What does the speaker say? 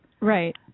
Right